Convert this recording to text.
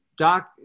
doc